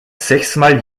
sechsmal